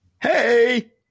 Hey